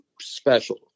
special